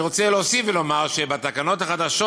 אני רוצה להוסיף ולומר שבתקנות החדשות